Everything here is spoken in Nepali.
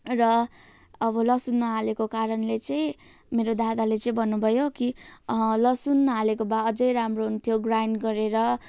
र अब लसुन नहालेको कारणले चाहिँ मेरो दादाले चाहिँ भन्नुभयो कि लसुन हालेको भए अझै राम्रो हुन्थ्यो ग्राइन्ड गरेर